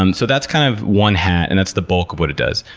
um so that's kind of one hat and that's the bulk of what it does.